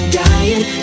dying